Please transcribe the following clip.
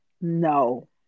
no